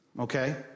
okay